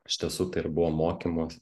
iš tiesų tai ir buvo mokymuos